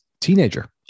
teenager